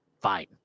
Fine